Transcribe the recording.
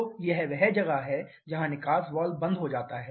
तो यह वह जगह है जहां निकास वाल्व बंद हो जाता है